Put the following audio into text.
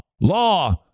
law